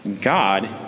God